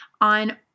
on